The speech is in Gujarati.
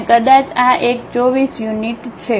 અને કદાચ આ એક 24 યુનિટ છે